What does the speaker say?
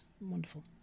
wonderful